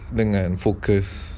dengan focus